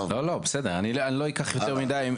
בסדר, אני לא אקח יותר מידי.